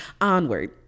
Onward